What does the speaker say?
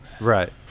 Right